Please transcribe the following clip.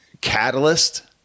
catalyst